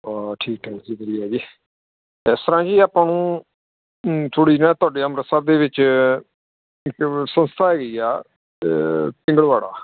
ਠੀਕ ਠਾਕ ਜੀ ਵਧੀਆ ਜੀ ਇਸ ਤਰ੍ਹਾਂ ਜੀ ਆਪਾਂ ਨੂੰ ਥੋੜ੍ਹੀ ਨਾ ਤੁਹਾਡੇ ਅੰਮ੍ਰਿਤਸਰ ਦੇ ਵਿੱਚ ਇੱਕ ਸੰਸਥਾ ਹੈਗੀ ਆ ਪਿੰਗਲਵਾੜਾ